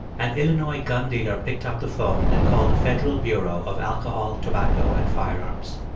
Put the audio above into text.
an illinois gun dealer picked up the phone and call the federal bureau of alcohol, tobacco and firearms.